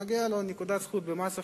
מגיעה לו נקודת זכות במס הכנסה.